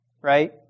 right